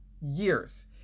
Years